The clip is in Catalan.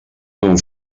ton